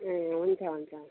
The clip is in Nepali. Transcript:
ए हुन्छ हुन्छ